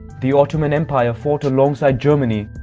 the ottoman empire fought alongside germany.